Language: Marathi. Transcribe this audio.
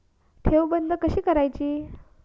ठेव बंद कशी करायची?